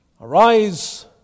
Arise